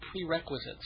prerequisites